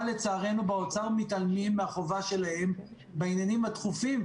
אבל לצערנו באוצר מתעלמים מהחובה שלהם בעניינים הדחופים,